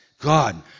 God